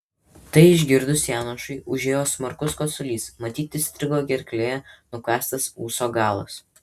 tai išgirdus janošui užėjo smarkus kosulys matyt įstrigo gerklėje nukąstas ūso galas